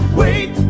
wait